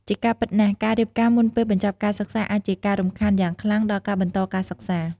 ជាការពិតណាស់ ការរៀបការមុនពេលបញ្ចប់ការសិក្សាអាចជាការរំខានយ៉ាងខ្លាំងដល់ការបន្តការសិក្សា ។